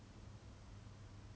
was it emceeing or something